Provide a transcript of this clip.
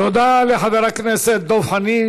תודה לחבר הכנסת דב חנין,